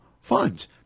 funds